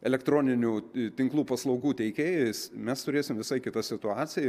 elektroninių tinklų paslaugų teikėjais mes turėsim visai kitą situaciją